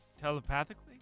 Telepathically